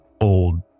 old